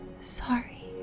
sorry